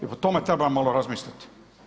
I o tome trebamo malo razmisliti.